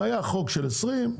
היה חוק של 20,